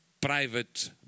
private